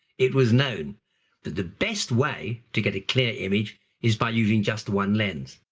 it was known that the best way to get a clear image is by using just one lens.